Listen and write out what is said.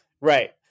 Right